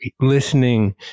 listening